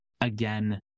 again